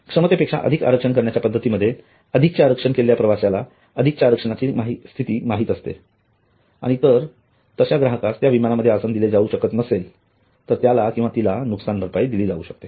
क्षमतेपेक्षा अधिक आरक्षण करण्याच्या पद्धतीमध्ये अधिकचे आरक्षण केलेल्या प्रवाशाला अधिकच्या आरक्षणाची स्थिती माहित असते आणि जर तश्या ग्राहकास त्या विमानामध्ये आसन दिले जाऊ शकत नसेल तर त्याला किंवा तिला नुकसान भरपाई दिली जाऊ शकते